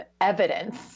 evidence